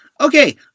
Okay